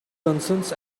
concerns